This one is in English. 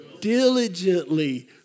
diligently